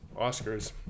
Oscars